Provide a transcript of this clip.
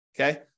Okay